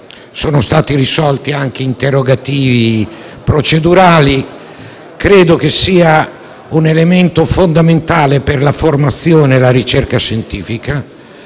Sono stati risolti anche alcuni dubbi procedurali. Credo che sia un elemento fondamentale per la formazione e la ricerca scientifica.